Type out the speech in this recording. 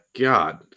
God